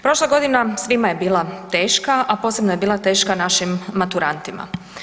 Prošla godina svima je bila teška, a posebno je bila teška našim maturantima.